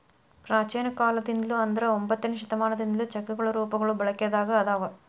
ಪ್ರಾಚೇನ ಕಾಲದಿಂದ್ಲು ಅಂದ್ರ ಒಂಬತ್ತನೆ ಶತಮಾನದಿಂದ್ಲು ಚೆಕ್ಗಳ ರೂಪಗಳು ಬಳಕೆದಾಗ ಅದಾವ